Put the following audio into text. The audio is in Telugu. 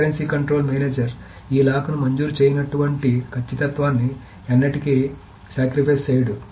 కాంకరెన్సీ కంట్రోల్ మేనేజర్ ఈ లాక్ను మంజూరు చేయనటువంటి ఖచ్చితత్వాన్ని ఎన్నటికీ సాక్రిఫైస్ చేయడు